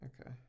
okay